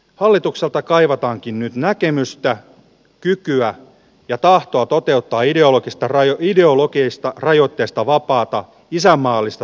hallitukselta kaivataankin nyt näkemystä kykyä ja tahtoa toteuttaa ideologista raja ideologeista rajoitteista vapaata kisan maalista